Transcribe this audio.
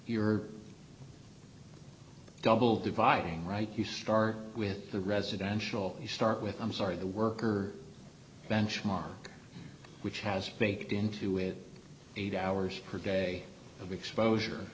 your double dividing right you start with the residential you start with i'm sorry the worker benchmark which has baked into with eight hours per day of exposure